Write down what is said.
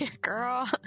girl